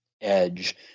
edge